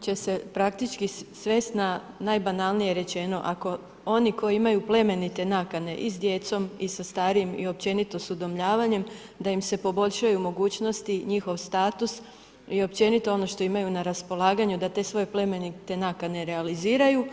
će se praktički svesti, na najbanalnije rečeno, ako oni koji imaju plemenite nakane i sa djecom i sa starijem i sa općenito sa udomljavanjem, da im se poboljšaju mogućnosti, njihov status i općenito ono što imaju na raspolaganju, da te svoje plemenite nakane realiziraju.